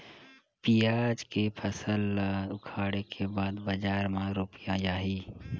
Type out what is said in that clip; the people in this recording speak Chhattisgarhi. पियाज के फसल ला उखाड़े के बाद बजार मा रुपिया जाही?